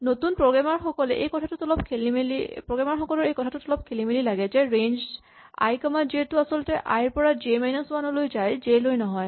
নতুন প্ৰগ্ৰেমাৰ সকলৰ এই কথাটোত অলপ খেলিমেলি লাগে যে ৰেঞ্জ আই কমা জে টো আচলতে আই ৰ পৰা জে মাইনাচ ৱান লৈ যায় জে লৈ নহয়